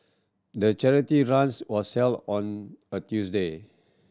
the charity runs was held on a Tuesday